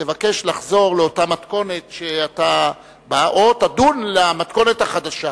תבקש לחזור לאותה מתכונת או תדון במתכונת החדשה